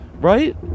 right